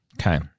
Okay